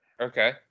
Okay